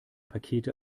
pakete